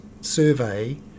survey